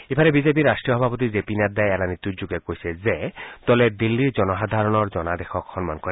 ইফালে বিজেপিৰ ৰাষ্ট্ৰীয় সভাপতি জেপি নাড্ডাই এলানি টুইটযোগে কৈছে যে দলে দিল্লীৰ জনসাধাৰণৰ জনাদেশক সন্মান কৰে